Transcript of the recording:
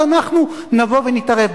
אנחנו נבוא ונתערב.